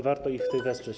Warto ich w tym wesprzeć.